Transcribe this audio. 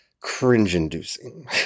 cringe-inducing